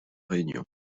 réunion